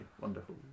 Wonderful